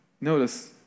Notice